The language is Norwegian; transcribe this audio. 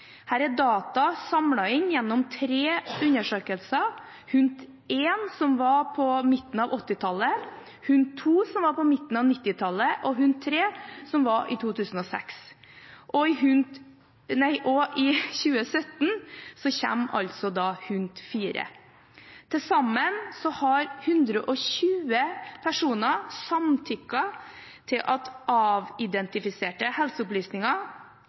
Her er data samlet inn gjennom tre undersøkelser – HUNT 1, som var på midten av 1980-tallet, HUNT 2, som var på midten av 1990-tallet, HUNT 3, som var i 2006 – og i 2017 kommer altså HUNT 4. Til sammen har 120 000 personer samtykket til at avidentifiserte helseopplysninger